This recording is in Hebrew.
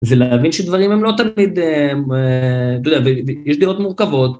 זה להבין שדברים הם לא תמיד אה אה , אתה יודע, יש דעות מורכבות.